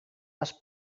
les